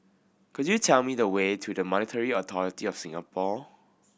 could you tell me the way to the Monetary Authority Of Singapore